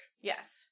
yes